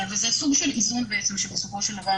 וזה סוג של איזון שבסופו של דבר,